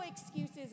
excuses